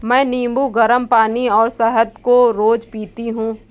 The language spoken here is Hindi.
मैं नींबू, गरम पानी और शहद रोज पीती हूँ